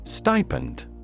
Stipend